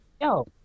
yo